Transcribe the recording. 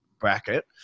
bracket